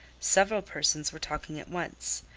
several persons were talking at once,